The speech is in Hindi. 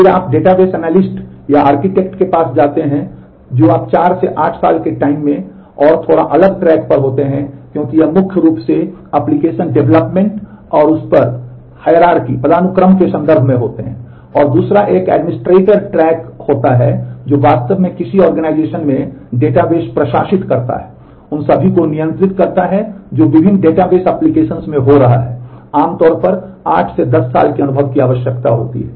फिर आप डेटाबेस एनालिस्ट में हो रहा है आमतौर पर 8 से 10 साल के अनुभव की आवश्यकता होती है